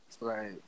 Right